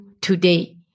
today